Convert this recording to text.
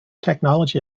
technology